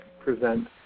present